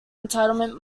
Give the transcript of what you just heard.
entitled